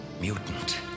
Mutant